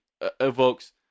evokes